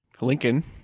Lincoln